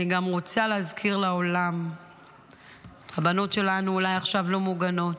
אני גם רוצה להזכיר לעולם, הבנות שלנו אולי עכשיו לא מוגנות,